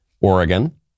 Oregon